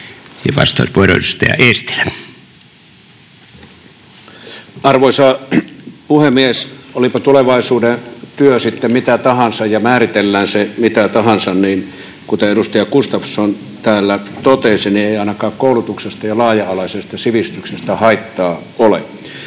Content: Arvoisa puhemies! Olipa tulevaisuuden työ sitten mitä tahansa ja määritellään se miten tahansa, niin kuten edustaja Gustafsson täällä totesi, ei koulutuksesta ja laaja-alaisesta sivistyksestä ainakaan